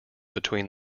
between